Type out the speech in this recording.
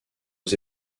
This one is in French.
aux